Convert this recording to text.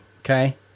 okay